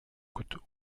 couteau